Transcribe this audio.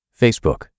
Facebook